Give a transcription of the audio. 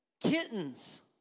Kittens